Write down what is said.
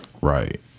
right